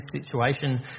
situation